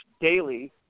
daily